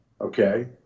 okay